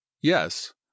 Yes